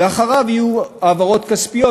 ואחריו יהיו העברות כספיות,